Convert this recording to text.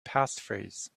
passphrase